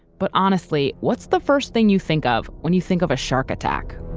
but honestly, what's the first thing you think of when you think of a shark attack?